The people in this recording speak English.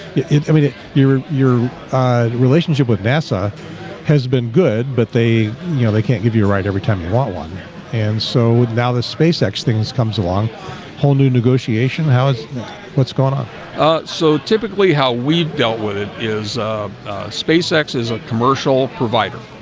i mean your your relationship with nasa has been good but they you know they can't give you a right every time you want one and so now the spacex things comes along whole new negotiation how is what's going on ah so typically how we dealt with it is spacex is a commercial provider.